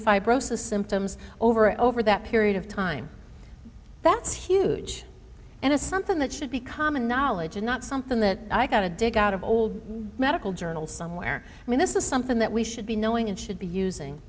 fibrosis symptoms over over that period of time that's huge and it's something that should be common knowledge and not something that i got to dig out of old medical journals somewhere i mean this is something that we should be knowing and should be using